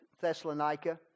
Thessalonica